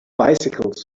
bicycles